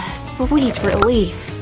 sweet relief.